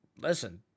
listen